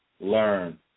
learn